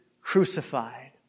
crucified